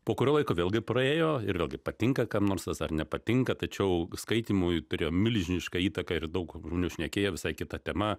po kurio laiko vėlgi praėjo ir vėlgi patinka kam nors tas ar nepatinka tačiau skaitymui turėjo milžinišką įtaką ir daug žmonių šnekėjo visai kita tema